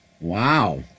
Wow